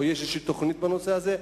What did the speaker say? או אם יש איזו תוכנית בנושא הזה.